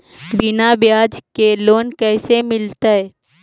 बिना ब्याज के लोन कैसे मिलतै?